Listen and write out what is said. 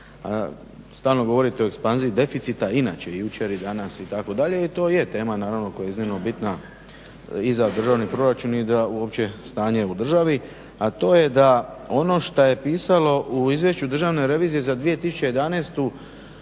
Stalno govorite o ekspanziji deficita. Inače i jučer i danas itd. i to je tema koja je iznimno bitna i za državni proračun i za uopće stanje u državi, a to je da ono šta je pisalo u Izvješću Državne revizije za 2011.